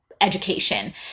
education